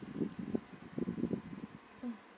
mm